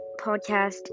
podcast